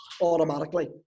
automatically